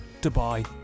dubai